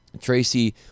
Tracy